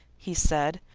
he said,